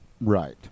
Right